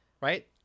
Right